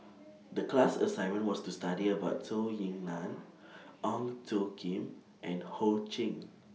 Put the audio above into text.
The class assignment was to study about Zhou Ying NAN Ong Tjoe Kim and Ho Ching